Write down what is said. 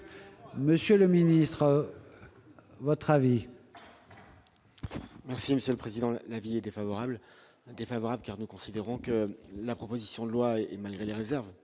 monsieur le ministre, à votre avis. Merci Monsieur le Président, l'avis est défavorable, défavorable car nous considérons que la proposition de loi et malgré les réserves